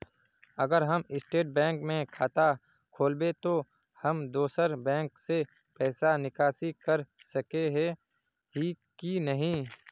अगर हम state bank में खाता खोलबे तो हम दोसर बैंक से पैसा निकासी कर सके ही की नहीं?